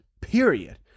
period